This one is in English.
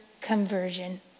conversion